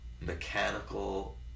mechanical